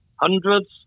hundreds